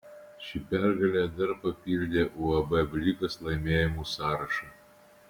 ši pergalė dar papildė uab blikas laimėjimų sąrašą